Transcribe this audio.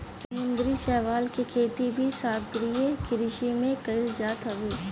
समुंदरी शैवाल के खेती भी सागरीय कृषि में कईल जात हवे